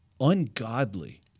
ungodly